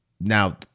Now